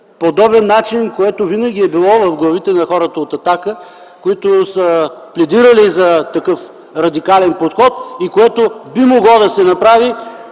подобен начин, което винаги е било в главите на хората от „Атака”, които са пледирали за такъв радикален подход. Това би могло да се направи